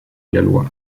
gallois